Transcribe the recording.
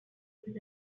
was